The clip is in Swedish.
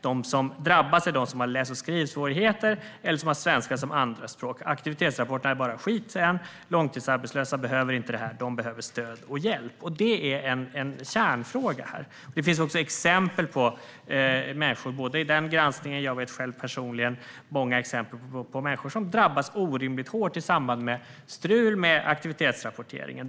De som drabbas är de som har läs och skrivsvårigheter eller som har svenska som andra språk. Aktivitetsrapporterna är bara skit. Långtidsarbetslösa behöver inte det här, de behöver stöd och hjälp." Det är en kärnfråga. Det finns också exempel på människor i den granskningen - och jag personligen känner till många fall - som drabbas orimligt hårt i samband med strul med aktivitetsrapporteringen.